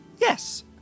Yes